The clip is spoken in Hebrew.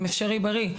עם "אפשרי בריא",